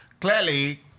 clearly